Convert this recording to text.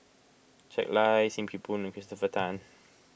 Jack Lai Sim Kee Boon and Christopher Tan